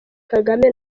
kagame